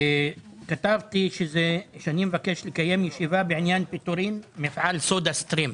כתבתי שאני מבקש לקיים ישיבה בעניין פיטורין במפעל סודה-סטרים.